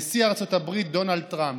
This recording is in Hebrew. נשיא ארצות הברית דונלד טראמפ.